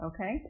okay